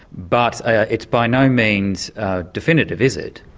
but it's by no means definitive, is it?